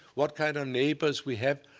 what kind of neighbors we have.